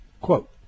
quote